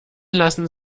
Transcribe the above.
lassen